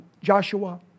Joshua